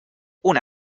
una